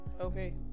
okay